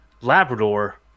Labrador